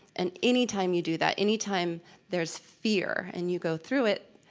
and anytime you do that, anytime there's fear and you go through it,